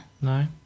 No